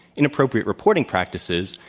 inappropriate reporting practices,